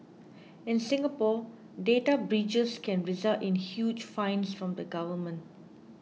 in Singapore data breaches can result in huge fines from the government